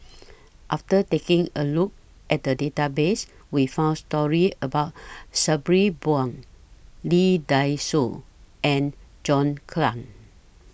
after taking A Look At The Database We found stories about Sabri Buang Lee Dai Soh and John Clang